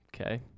Okay